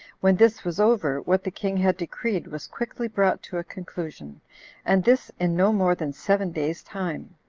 when this was over, what the king had decreed was quickly brought to a conclusion and this in no more than seven days' time,